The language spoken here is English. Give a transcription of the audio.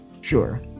sure